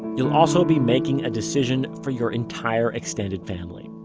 you'll also be making a decision for your entire extended family.